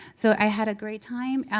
so i had a great time.